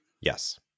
Yes